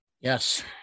Yes